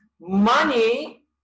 money